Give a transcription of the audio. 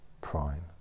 Prime